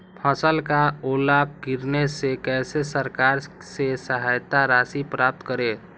फसल का ओला गिरने से कैसे सरकार से सहायता राशि प्राप्त करें?